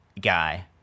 guy